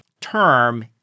term